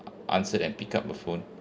answered and pick up the phone